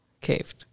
caved